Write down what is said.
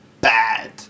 bad